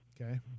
Okay